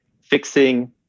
fixing